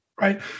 Right